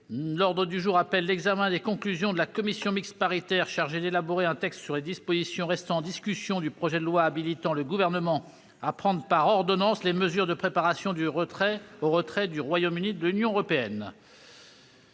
L'ordre du jour appelle l'examen des conclusions de la commission mixte paritaire chargée d'élaborer un texte sur les dispositions restant en discussion du projet de loi habilitant le Gouvernement à prendre par ordonnances les mesures de préparation au retrait du Royaume-Uni de l'Union européenne